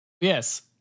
Yes